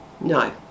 No